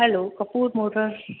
hello Kapoor Motors